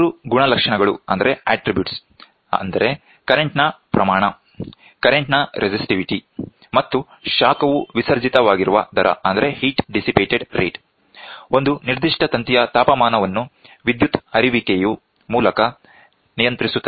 ಮೂರು ಗುಣಲಕ್ಷಣಗಳು ಅಂದರೆ ಕರೆಂಟ್ ನ ಪ್ರಮಾಣ ಕರೆಂಟ್ ನ ರೆಸಿಸ್ಟಿವಿಟಿ ಮತ್ತು ಶಾಖವು ವಿಸರ್ಜಿತವಾಗಿರುವ ದರ ಒಂದು ನಿರ್ದಿಷ್ಟ ತಂತಿಯ ತಾಪಮಾನವನ್ನು ವಿದ್ಯುತ್ ಹರಿಯುವಿಕೆಯ ಮೂಲಕ ನಿಯಂತ್ರಿಸುತ್ತದೆ